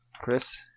chris